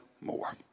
more